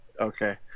Okay